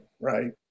right